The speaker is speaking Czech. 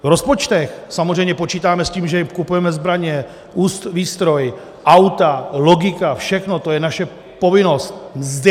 V rozpočtech samozřejmě počítáme s tím, že jim kupujeme zbraně, výstroj, auta, logika, všechno, to je naše povinnost, mzdy.